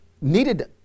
needed